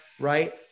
right